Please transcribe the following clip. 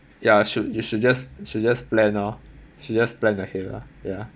ya should you should just you should just plan lor should just plan ahead lah ya